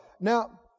Now